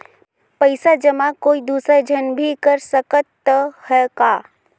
पइसा जमा कोई दुसर झन भी कर सकत त ह का?